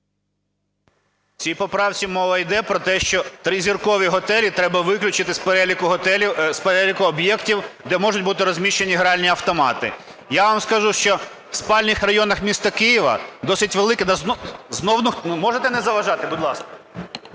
В цій поправці мова йде про те, що тризіркові готелі треба виключити з переліку об'єктів, де можуть бути розміщені гральні автомати. Я вам скажу, що в спальних районах міста Києва досить великий… Можете не заважати, будь ласка?!